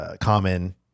common